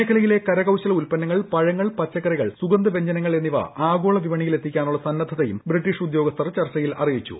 മേഖലയിലെ കരകൌശല ഉൽപ്പന്നങ്ങൾ പഴങ്ങൾ പച്ചക്കറികൾ സുഗന്ധ വൃജ്ഞനങ്ങൾ എന്നിവ ആഗോള വിപണിയിൽ എത്തിക്കാനുള്ള സന്നദ്ധതയും ബ്രിട്ടീഷ് ഉദ്യോഗസ്ഥർ അറിയിച്ചു